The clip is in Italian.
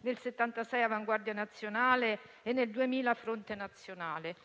nel 1976 Avanguardia Nazionale e nel 2000 Fronte Nazionale.